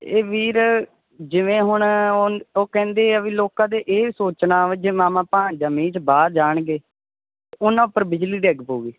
ਇਹ ਵੀਰ ਜਿਵੇਂ ਹੁਣ ਉਨ ਉਹ ਕਹਿੰਦੇ ਆ ਬਈ ਲੋਕਾਂ ਦੇ ਇਹ ਸੋਚਣਾ ਜੇ ਮਾਮਾ ਭਾਣਜਾ ਮੀਂਹ 'ਚ ਬਾਹਰ ਜਾਣਗੇ ਉਹਨਾਂ ਉੱਪਰ ਬਿਜਲੀ ਡਿੱਗ ਪਊਗੀ